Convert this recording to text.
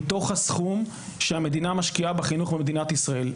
מתוך הסכום שהמדינה משקיעה בחינוך במדינת ישראל.